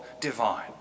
divine